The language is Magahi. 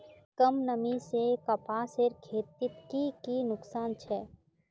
कम नमी से कपासेर खेतीत की की नुकसान छे?